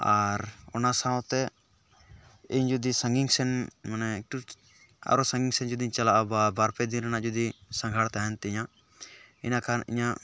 ᱟᱨ ᱚᱱᱟ ᱥᱟᱶᱛᱮ ᱤᱧ ᱡᱩᱫᱤ ᱥᱟᱸᱜᱤᱧ ᱥᱮᱱ ᱢᱟᱱᱮ ᱮᱠᱴᱩ ᱟᱨᱚ ᱥᱟᱸᱜᱤᱧ ᱥᱮᱫ ᱡᱩᱫᱤᱧ ᱪᱟᱞᱟᱜᱼᱟ ᱵᱟ ᱵᱟᱨᱯᱮᱫᱤᱱ ᱨᱮᱱᱟᱜ ᱡᱩᱫᱤ ᱥᱟᱸᱜᱷᱟᱨ ᱛᱟᱦᱮᱱ ᱛᱤᱧᱟᱹ ᱤᱱᱟᱹ ᱠᱷᱟᱱ ᱤᱧᱟᱹᱜ